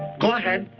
go ahead.